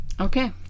Okay